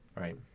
Right